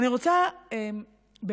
אני רוצה בזמן